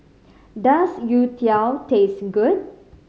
does youtiao taste good